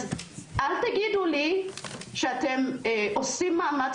אז אל תגידו לי שאתם עושים מאמץ,